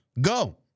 go